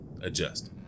adjust